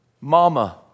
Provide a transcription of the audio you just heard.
Mama